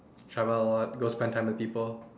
travel a lot go spend time with people